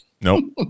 Nope